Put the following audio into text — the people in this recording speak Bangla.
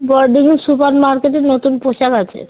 বোরডাঙ্গী সুপারমার্কেটে নতুন পোশাক আছে